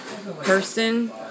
person